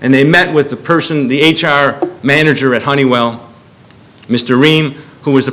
and they met with the person the h r manager at honeywell mr green who was